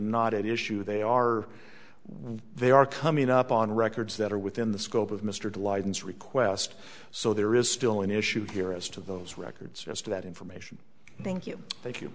not at issue they are what they are coming up on records that are within the scope of mr de license request so there is still an issue here as to those records as to that information thank you thank you